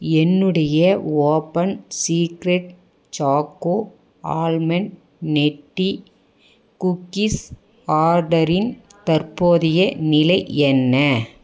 என்னுடைய open secret choco almond nutty cookies ஆர்டரின் தற்போதைய நிலை என்ன